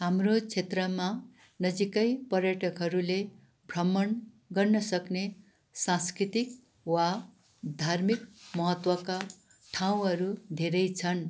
हाम्रो क्षेत्रमा नजिकै पर्यटकहरूले भ्रमण गर्न सक्ने सांस्कृतिक वा धार्मिक महत्त्वका ठाउँहरू धेरै छन्